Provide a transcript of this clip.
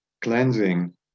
cleansing